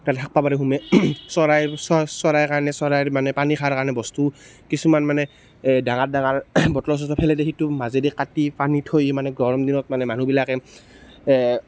তাত থাকিব পাৰে সোমাই চৰাই চ চৰাইৰ কাৰণে চৰাইৰ মানে পানী খোৱাৰ কাৰণে বস্তু কিছুমান মানে এ ডাঙৰ ডাঙৰ বটল চটল পেলাই দিয়ে সেইটো মাজেদি কাটি পানী থৈ মানে গৰম দিনত মানে মানুহবিলাকে